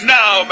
now